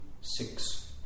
six